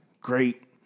Great